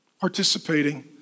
participating